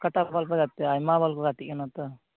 ᱚᱠᱟᱴᱟᱜ ᱵᱚᱞ ᱯᱮ ᱜᱟᱛᱮᱜᱼᱟ ᱟᱭᱢᱟ ᱵᱚᱞ ᱠᱚ ᱜᱟᱛᱮᱜ ᱠᱟᱱᱟ ᱛᱚ